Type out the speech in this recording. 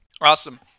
Awesome